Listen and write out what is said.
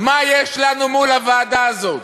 מה יש לנו מול הוועדה הזו?